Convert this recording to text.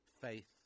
faith